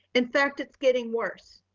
in fact, it's getting worse.